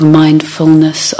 mindfulness